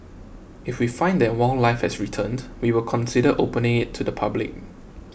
if we find that wildlife has returned we will consider opening it to the public